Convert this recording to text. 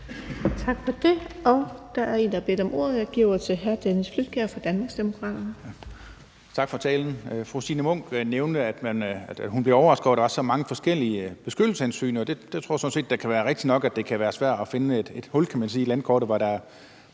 Tak for det, og der er en, der har bedt om ordet. Jeg giver ordet til hr. Dennis Flydtkjær fra Danmarksdemokraterne. Kl. 19:40 Dennis Flydtkjær (DD): Tak for talen. Fru Signe Munk nævnte, at hun blev overrasket over, at der var så mange forskellige beskyttelseshensyn, og det tror jeg sådan set da kan være rigtigt nok, altså at det kan være svært at finde et hul, kan man sige, i landkortet, hvor der er